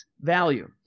value